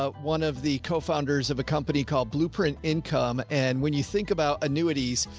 ah one of the co founders of a company called blueprint income. and when you think about annuities,